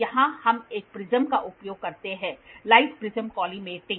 यहां हम एक प्रिज्म का उपयोग करते हैं लाइ्ट प्रिज्म कोलिमेटिंग